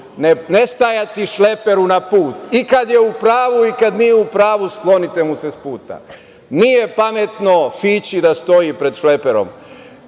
Ne stajati šleperu na put, i kada je upravu i kada nije upravu sklonite mu se sa puta. Nije pametno fići da stoji pred šleperom,